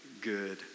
good